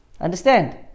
Understand